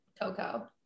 Coco